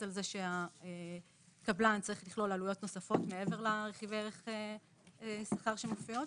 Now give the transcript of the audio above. על כך שהקבלן צריך לכלול עלויות נוספות מעבר לרכיב ערך שכר שמופיע.